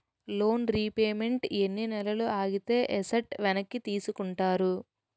Loan repayment ఎన్ని నెలలు ఆగితే ఎసట్ వెనక్కి తీసుకుంటారు?